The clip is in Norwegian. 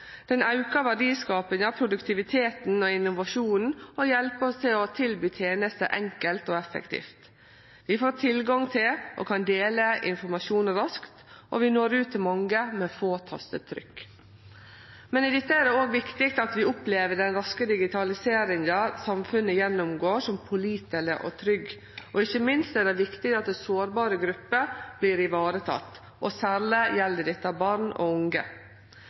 aukar verdiskapinga, produktiviteten og innovasjonen og hjelper oss å tilby tenester enkelt og effektivt. Vi får tilgang til og kan dele informasjon raskt, og vi når ut til mange med få tastetrykk. I dette er det òg viktig at vi opplever den raske digitaliseringa som samfunnet gjennomgår, som påliteleg og trygg, og ikkje minst er det viktig at sårbare grupper vert varetekne. Særleg gjeld dette barn og unge.